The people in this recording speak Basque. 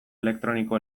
elektroniko